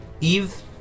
Eve